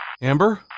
Amber